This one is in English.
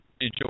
enjoy